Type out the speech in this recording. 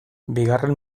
bigarren